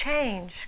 change